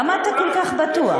למה אתה כל כך בטוח?